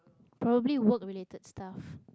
probably work-related stuff